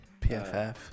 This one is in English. PFF